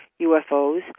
UFOs